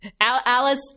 Alice